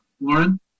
lauren